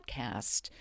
podcast